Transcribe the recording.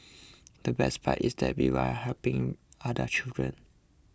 the best part is that we were helping other children